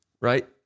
right